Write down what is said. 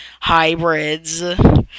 hybrids